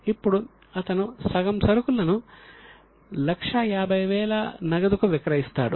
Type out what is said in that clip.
ఇప్పుడు అతను సగం సరుకులను 150000 నగదుకు విక్రయిస్తాడు